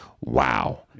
wow